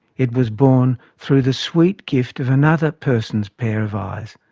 it was born through the sweet gift of another person's pair of eyes,